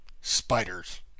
Spiders